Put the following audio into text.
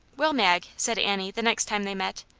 well, mag said annie, the next time they met,